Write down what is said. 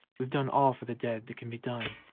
we've done all for the dead that can be done